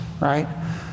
right